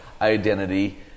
identity